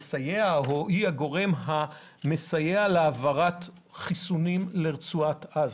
היא הגורם המסייע להעברת חיסונים לרצועת עזה.